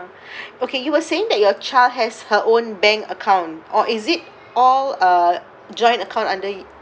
okay you were saying that your child has her own bank account or is it all a joint account under